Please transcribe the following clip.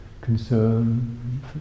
concern